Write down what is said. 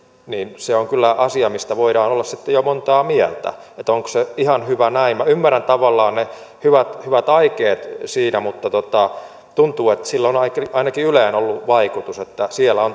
niin se on kyllä asia mistä voidaan olla sitten jo montaa mieltä että onko se ihan hyvä näin minä ymmärrän tavallaan ne hyvät hyvät aikeet siinä mutta tuntuu että sillä on ainakin yleen ollut vaikutus että siellä on